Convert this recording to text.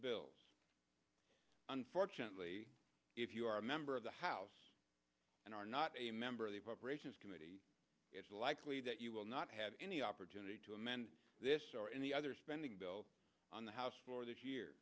bills unfortunately if you are a member of the house and are not a member of the appropriations committee it's likely that you will not have any opportunity to amend this or any other spending bill on the house floor this year